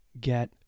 get